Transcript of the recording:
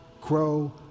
grow